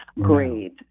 Great